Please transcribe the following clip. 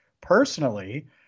personally